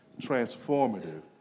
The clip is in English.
transformative